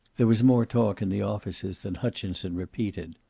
there was more talk in the offices than hutchinson repeated.